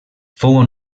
fou